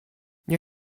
nie